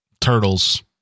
turtles